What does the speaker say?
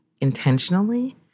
intentionally